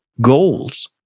goals